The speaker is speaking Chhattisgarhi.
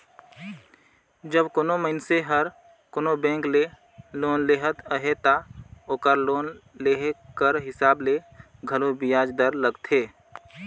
जब कोनो मइनसे हर कोनो बेंक ले लोन लेहत अहे ता ओकर लोन लेहे कर हिसाब ले घलो बियाज दर लगथे